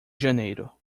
janeiro